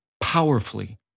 powerfully